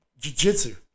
jujitsu